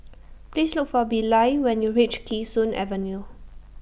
Please Look For Bilal when YOU REACH Kee Sun Avenue